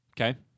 Okay